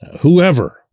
Whoever